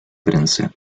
prensa